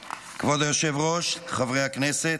היושב-ראש, חברי הכנסת,